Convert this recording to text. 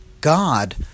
God